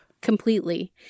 Completely